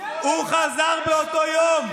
הוא חזר באותו יום.